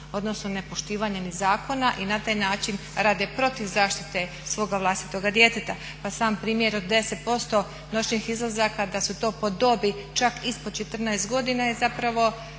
odnosno nepoštivanja ni zakona i na taj način rade protiv zaštite svoga vlastitoga djeteta. Pa sam primjer od 10% noćnih izlazaka da su to po dobi čak ispod 14 godina je zapravo